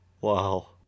Wow